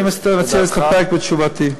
אני מציע להסתפק בתשובתי.